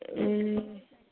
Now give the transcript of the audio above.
ए